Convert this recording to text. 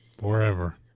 Forever